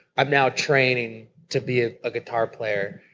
i'm now training to be a guitar player.